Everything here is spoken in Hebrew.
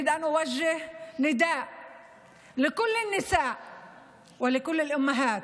אני רוצה לפנות לכל הנשים והאימהות,